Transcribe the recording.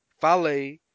Fale